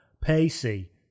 pacey